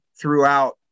throughout